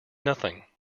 nothing